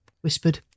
Whispered